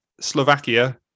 Slovakia